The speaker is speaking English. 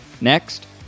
Next